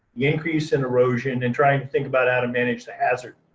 the increase in erosion and trying to think about how to manage the hazard.